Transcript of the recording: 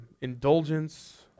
Indulgence